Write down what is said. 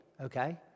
okay